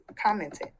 commented